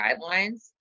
guidelines